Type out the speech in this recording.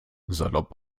salopp